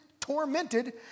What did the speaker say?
tormented